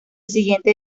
siguiente